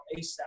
ASAP